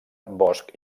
bosch